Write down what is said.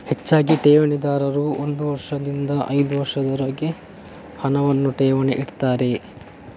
ಹೆಚ್ಚಾಗಿ ಠೇವಣಿದಾರರು ಒಂದು ವರ್ಷದಿಂದ ಐದು ವರ್ಷಗಳವರೆಗೆ ಹಣವನ್ನ ಠೇವಣಿ ಇಡ್ತಾರೆ